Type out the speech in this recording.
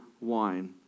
wine